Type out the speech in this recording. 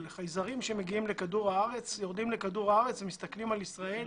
חייזרים שמגיעים לכדור הארץ ומסתכלים על ישראל.